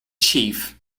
chief